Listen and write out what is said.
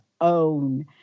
own